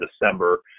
December